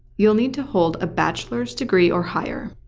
you'll need to hold a bachelor's degree or higher,